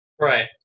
Right